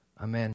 Amen